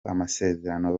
amasezerano